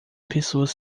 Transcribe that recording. pessoas